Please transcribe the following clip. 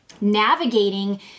navigating